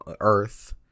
Earth